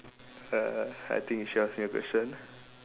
uh I think you should ask me question